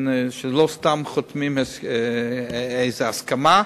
שלא סתם חותמים על איזו הסכמה.